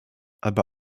aber